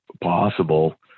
possible